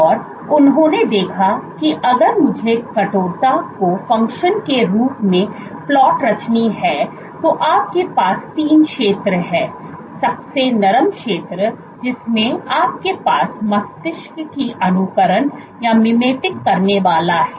और उन्होंने देखा कि अगर मुझे कठोरता को फंक्शन के रूप में प्लॉट रचनी है तो आपके पास तीन क्षेत्र हैं सबसे नरम क्षेत्र जिसमें आपके पास मस्तिष्क की अनुकरण करनेवाला है